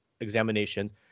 examinations